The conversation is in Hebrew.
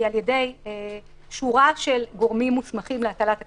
על ידי שורה של גורמים מוסמכים להטלת הקנסות,